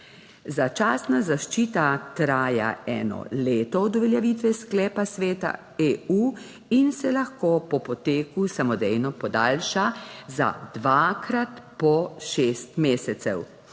Začasna zaščita traja eno leto od uveljavitve sklepa Sveta EU in se lahko po poteku samodejno podaljša za dvakrat po šest mesecev,